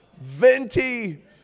venti